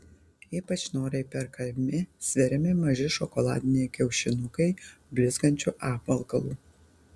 ypač noriai perkami sveriami maži šokoladiniai kiaušinukai blizgančiu apvalkalu